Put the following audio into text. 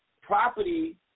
property